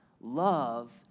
love